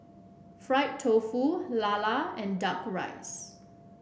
Fried Tofu Lala and duck rice